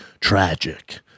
tragic